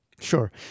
Sure